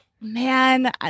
man